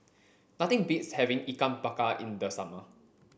nothing beats having ikan bakar in the summer